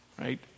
right